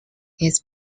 its